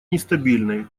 нестабильной